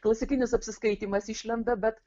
klasikinis apsiskaitymas išlenda bet